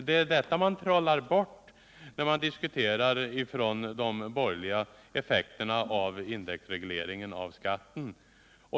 Det är detta de borgerliga söker trolla bort när de diskuterar effekterna av en indexreglering av skatten.